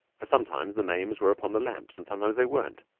for sometimes the names were upon the lamps and sometimes they weren't.